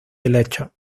helechos